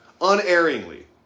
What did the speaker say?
unerringly